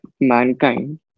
mankind